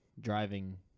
driving